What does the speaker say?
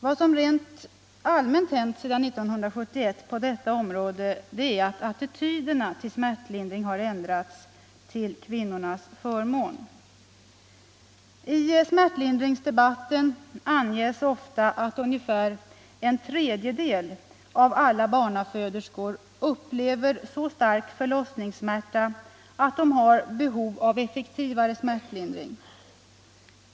Vad som rent allmänt hänt sedan 1971 på detta område är att attityderna till smärtlindring har ändrats till kvinnornas förmån. I smärtlindringsdebatten anges ofta att ungefär en tredjedel av alla barnaföderskor upplever så stark förlossningssmärta att de har behov av effektivare smärtlindring.